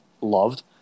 loved